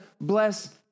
bless